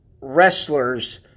wrestlers